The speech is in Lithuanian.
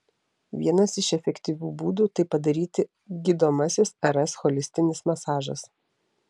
vienas iš efektyvių būdų tai padaryti gydomasis rs holistinis masažas